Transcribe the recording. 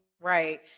Right